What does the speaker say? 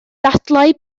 dadlau